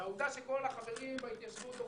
והעובדה שכל החברים בהתיישבות דוחפים: